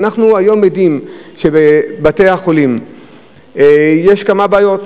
אנחנו היום יודעים שבבתי-החולים יש כמה בעיות.